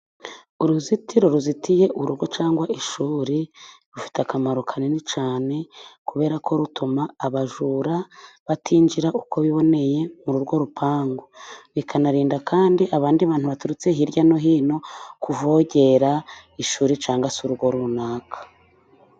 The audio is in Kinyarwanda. Uruzitiro ruzitiye urugo cyangwa ishuri, rufite akamaro kanini cyane, kubera ko rutuma abajura batinjira uko biboneye muri urwo rupangu, bikanarinda kandi abandi bantu baturutse hirya no hino, kuvogera ishuri cyangwa se urugo runaka.